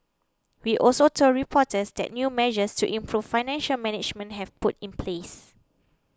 he also told reporters that new measures to improve financial management have put in place